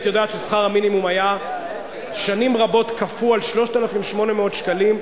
את יודעת ששכר המינימום היה שנים רבות קפוא ב-3,800 שקלים,